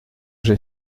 j’ai